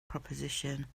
proposition